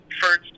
first